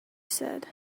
said